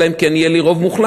אלא אם כן יהיה לי רוב מוחלט,